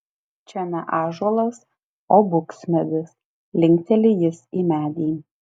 čia ne ąžuolas o buksmedis linkteli jis į medį